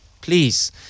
please